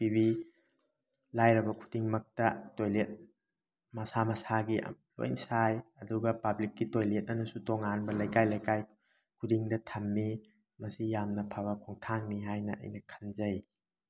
ꯄꯤꯕꯤ ꯂꯥꯏꯔꯕ ꯈꯨꯗꯤꯡꯃꯛꯇ ꯇꯣꯏꯂꯦꯠ ꯃꯁꯥ ꯃꯁꯥꯒꯤ ꯂꯣꯏꯅ ꯁꯥꯏ ꯑꯗꯨꯒ ꯄꯥꯕ꯭ꯂꯤꯛꯀꯤ ꯇꯣꯏꯂꯦꯠ ꯑꯅꯁꯨ ꯇꯣꯉꯥꯟꯕ ꯂꯩꯀꯥꯏ ꯂꯩꯀꯥꯏ ꯈꯨꯗꯤꯡꯗ ꯊꯝꯃꯤ ꯃꯁꯤ ꯌꯥꯝꯅ ꯐꯕ ꯈꯣꯡꯊꯥꯡꯅꯤ ꯍꯥꯏꯅ ꯑꯩꯅ ꯈꯟꯖꯩ